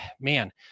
man